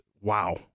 wow